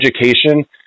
education